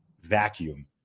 vacuum